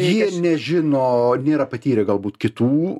jie nežino nėra patyrę galbūt kitų